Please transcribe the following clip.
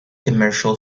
commercial